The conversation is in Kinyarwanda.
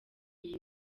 iyi